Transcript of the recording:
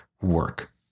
work